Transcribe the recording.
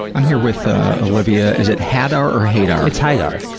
i'm here with ah olivia, is it haidar or haidar? it's haidar.